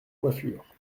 coiffure